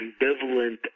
ambivalent